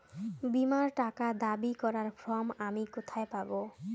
বীমার টাকা দাবি করার ফর্ম আমি কোথায় পাব?